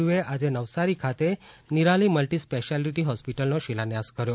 વૈંકયા નાયડએ આજે નવસારી ખાતે નિરાલી મલ્ટિ સ્પેશિયાલ્ટી હોસ્પિટલનો શિલાન્યાસ કર્યો